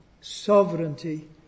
sovereignty